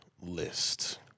list